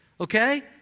okay